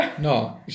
No